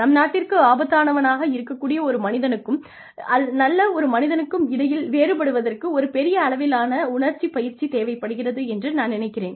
நம் நாட்டிற்கு ஆபத்தானவராக இருக்கக்கூடிய ஒரு மனிதனுக்கும் நல்ல ஒரு மனிதனுக்கும் இடையில் வேறுபடுவதற்கு ஒரு பெரிய அளவிலான உணர்ச்சி பயிற்சி தேவைப்படுகிறது என்று நான் நினைக்கிறேன்